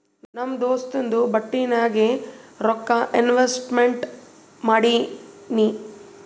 ನಮ್ ದೋಸ್ತುಂದು ಬಟ್ಟಿ ನಾಗ್ ರೊಕ್ಕಾ ಇನ್ವೆಸ್ಟ್ಮೆಂಟ್ ಮಾಡಿನಿ